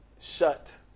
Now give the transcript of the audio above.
shut